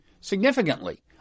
significantly